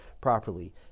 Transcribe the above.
properly